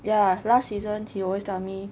ya last season he always tell me